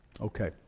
Okay